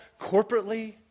corporately